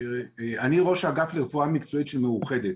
אני ראש האגף לרפואה מקצועית של קופת חולים מאוחדת.